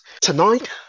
Tonight